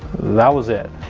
that was it.